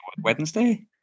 Wednesday